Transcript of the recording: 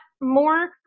more